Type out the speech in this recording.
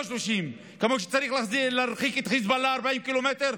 לא 30. כמו שצריך להרחיק את חיזבאללה 40 קילומטר,